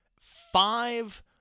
five